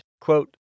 quote